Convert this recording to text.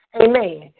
Amen